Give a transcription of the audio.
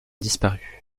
disparu